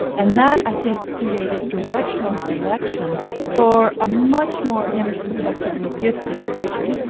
and that i think created directional selection for a much more inter-subjectively gifted creature.